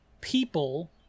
people